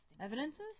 evidences